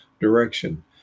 direction